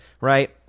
right